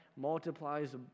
multiplies